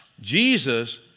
Jesus